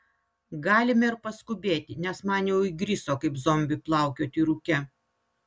galime ir paskubėti nes man jau įgriso kaip zombiui plaukioti rūke